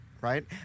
Right